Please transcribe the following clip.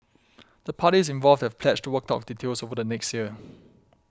the parties involved have pledged to work out details over the next year